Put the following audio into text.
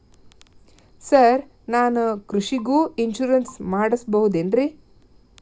Sir ನಾನು ಕೃಷಿಗೂ insurance ಮಾಡಸಬಹುದೇನ್ರಿ?